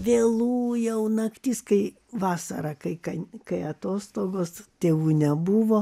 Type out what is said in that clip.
vėlu jau naktis kai vasara kai kan kai atostogos tėvų nebuvo